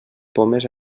pomes